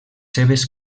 seves